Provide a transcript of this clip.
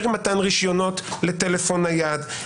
במתן רשיונות לטלפון נייד.